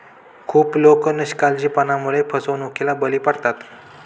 खूप लोक निष्काळजीपणामुळे फसवणुकीला बळी पडतात